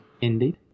Indeed